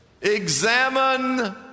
examine